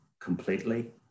completely